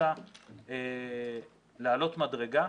רוצה לקפוץ מדרגה,